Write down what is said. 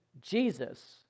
Jesus